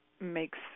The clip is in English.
makes